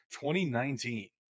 2019